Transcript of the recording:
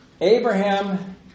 Abraham